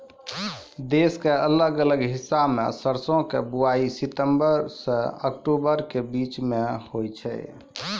देश के अलग अलग हिस्सा मॅ सरसों के बुआई सितंबर सॅ अक्टूबर के बीच मॅ होय छै